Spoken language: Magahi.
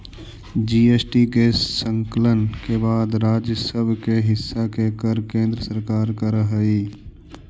जी.एस.टी के संकलन के बाद राज्य सब के हिस्सा के कर केन्द्र सरकार कर हई